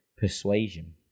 persuasion